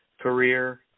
career